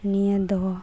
ᱱᱤᱭᱟᱹ ᱫᱚ